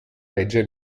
legge